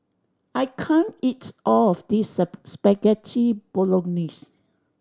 I can't eat all of this Spaghetti Bolognese